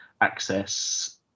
access